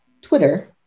Twitter